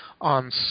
on